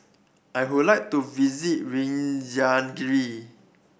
I would like to visit Reykjavik